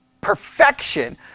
Perfection